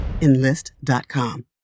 enlist.com